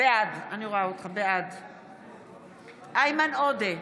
בעד איימן עודה,